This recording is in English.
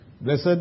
Blessed